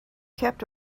kept